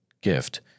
gift